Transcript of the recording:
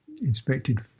inspected